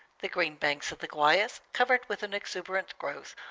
the green banks of the guayas, covered with an exuberant growth,